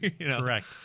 Correct